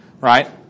right